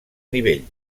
nivell